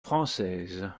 française